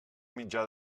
mitjà